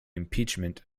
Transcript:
impeachment